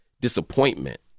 disappointment